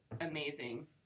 amazing